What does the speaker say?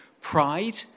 pride